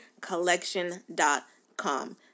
collection.com